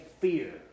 fear